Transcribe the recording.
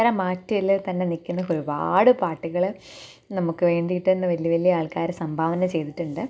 പത്തര മാറ്റിൽത്തന്നെയല്ലേ നിൽക്കുന്നത് ഒരുപാട് പാട്ടുകൾ നമുക്ക് വേണ്ടിയിട്ടുതന്നെ വലിയ വലിയ ആൾക്കാർ സംഭാവന ചെയ്തിട്ടുണ്ട്